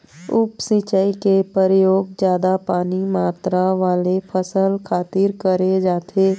उप सिंचई के परयोग जादा पानी मातरा वाले फसल खातिर करे जाथे